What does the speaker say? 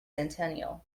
centennial